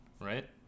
Right